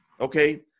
Okay